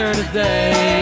today